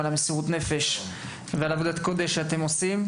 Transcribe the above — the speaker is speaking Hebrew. על מסירות הנפש ועבודת הקודש שאתם עושים.